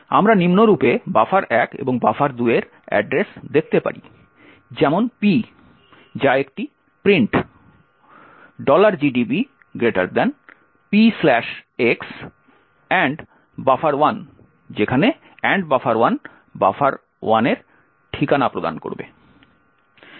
আমরা নিম্নরূপে buffer1 এবং buffer2 এর ঠিকানা দেখতে পারি যেমন p যা একটি প্রিন্ট gdb px buffer1 যেখানে buffer1 বাফার1 এর ঠিকানা প্রদান করবে